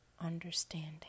understanding